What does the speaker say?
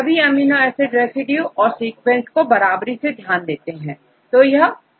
सभी amino acid residue और sequence को बराबरी से ध्यान देते हैं